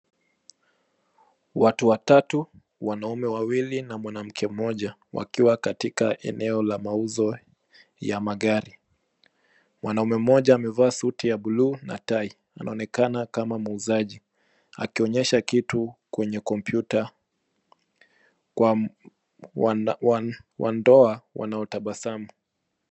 Watu watatu, wanaume wawili na mwanamke mmoja wakiwa katika eneo la mauzo ya magari. Mwanaume mmoja amevaa suti ya buluu na tai. Anaonekana kama muuzaji akionyesha kitu kwenye kompyuta kwa wandoa wanaotabasamu.